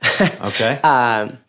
Okay